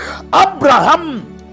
Abraham